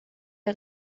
der